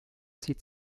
zieht